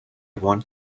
want